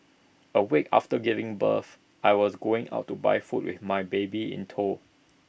A week after giving birth I was going out to buy food with my baby in tow